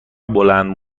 بلند